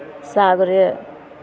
साग रे